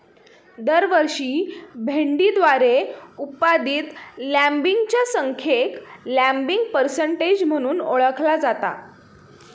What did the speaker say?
दरवर्षी भेंडीद्वारे उत्पादित लँबिंगच्या संख्येक लँबिंग पर्सेंटेज म्हणून ओळखला जाता